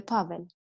Pavel